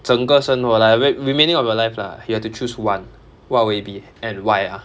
整个生活 like re~ remaining of your life lah you have to choose one what would it be and why ah